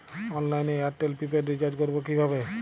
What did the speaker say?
অনলাইনে এয়ারটেলে prepaid recharge করবো কিভাবে?